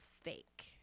fake